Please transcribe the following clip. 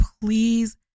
please